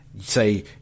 say